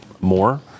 more